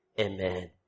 Amen